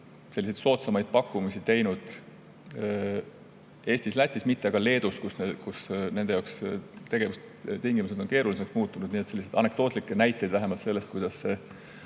teinud soodsamaid pakkumisi Eestis ja Lätis, aga mitte Leedus, kus nende jaoks tegevustingimused on keeruliseks muutunud. Nii et sellised anekdootlikud näited vähemalt sellest, kuidas